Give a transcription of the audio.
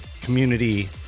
community